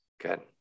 Good